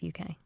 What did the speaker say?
uk